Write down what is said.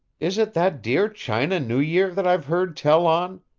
is it that dear china new year that i've heard tell on,